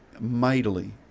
mightily